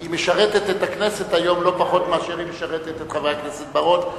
היא משרתת את הכנסת היום לא פחות מאשר היא משרתת את חבר הכנסת בר-און,